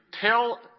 tell